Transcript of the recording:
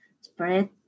spread